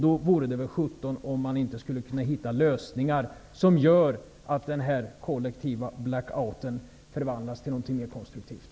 Då vore det väl sjutton om man inte skulle kunna hitta lösningar som gör att den här kollektiva blackouten förvandlas till något mer konstruktivt.